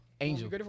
Angel